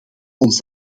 ons